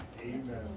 Amen